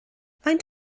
faint